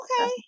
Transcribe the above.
Okay